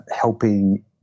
helping